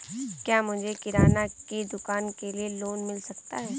क्या मुझे किराना की दुकान के लिए लोंन मिल सकता है?